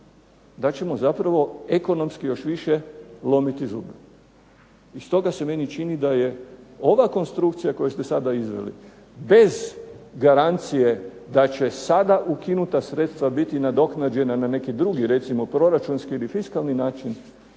da ćemo zapravo ekonomski još više lomiti zube. I stoga se meni čini da je ova konstrukcija koju ste sada izveli bez garancije da će sada ukinuta sredstva biti nadoknađena na neki drugi recimo proračunski ili fiskalni način,